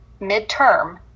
midterm